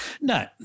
No